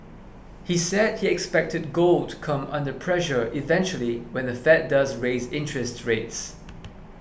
he said he expected gold to come under pressure eventually when the Fed does raise interest rates